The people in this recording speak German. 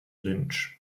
lynch